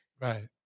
Right